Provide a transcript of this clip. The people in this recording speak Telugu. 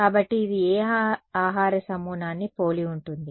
కాబట్టి ఇది ఏ ఆహార సమూహాన్ని పోలి ఉంటుంది